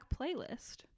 playlist